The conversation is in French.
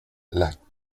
lacs